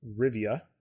Rivia